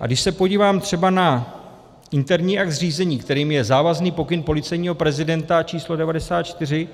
A když se podívám třeba na interní akt z řízení, kterým je závazný pokyn policejního prezidenta č. 94